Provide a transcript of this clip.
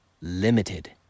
limited